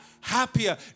happier